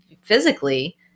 physically